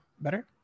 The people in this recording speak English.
Better